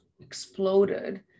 exploded